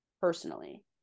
personally